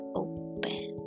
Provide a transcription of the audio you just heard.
open